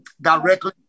directly